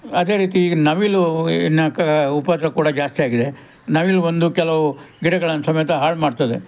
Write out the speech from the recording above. ಅದೇ ರೀತಿ ಈಗ ನವಿಲು ಇನ್ನು ಕ ಉಪದ್ರ ಕೂಡ ಜಾಸ್ತಿಯಾಗಿದೆ ನವಿಲು ಬಂದು ಕೆಲವು ಗಿಡಗಳನ್ನು ಸಮೇತ ಹಾಳು ಮಾಡ್ತದೆ